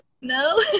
No